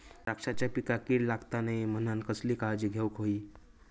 द्राक्षांच्या पिकांक कीड लागता नये म्हणान कसली काळजी घेऊक होई?